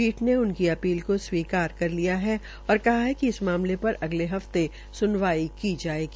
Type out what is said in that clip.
पीठ ने उनकी अपील को स्वीकार कर लिया है और कहा है कि इस मामले पर अगले हफते सुनवाई की जायेगी